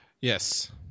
Yes